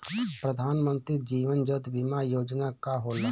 प्रधानमंत्री जीवन ज्योति बीमा योजना का होला?